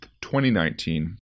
2019